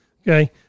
Okay